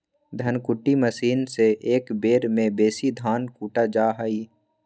धन कुट्टी मशीन से एक बेर में बेशी धान कुटा जा हइ